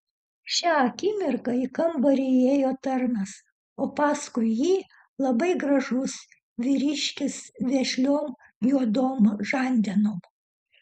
šią akimirką į kambarį įėjo tarnas o paskui jį labai gražus vyriškis vešliom juodom žandenom